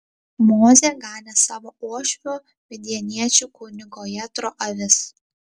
mozė ganė savo uošvio midjaniečių kunigo jetro avis